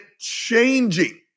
changing